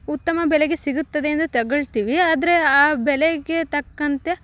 ಉತ್ತಮ ಬೆಲೆಗೆ ಸಿಗುತ್ತದೆ ಎಂದು ತಗಳ್ತೀವಿ ಆದರೆ ಆ ಬೆಲೆಗೆ ತಕ್ಕಂತೆ